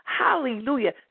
Hallelujah